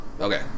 Okay